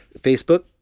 Facebook